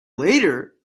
later